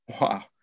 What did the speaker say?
Wow